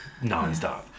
nonstop